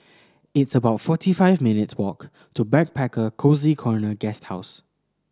it's about forty five minutes' walk to Backpacker Cozy Corner Guesthouse